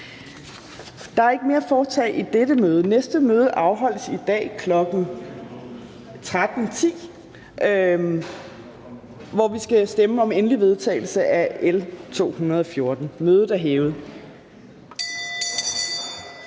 Der er ikke mere at foretage i dette møde. Det næste møde afholdes i dag kl. 13.10, hvor vi skal stemme om endelig vedtagelse af L 214. Mødet er hævet.